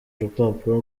urupapuro